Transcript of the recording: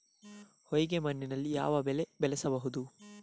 ಹೊಯ್ಗೆ ಮಣ್ಣಿನಲ್ಲಿ ಯಾವ ಬೆಳೆ ಬೆಳೆಯಬಹುದು?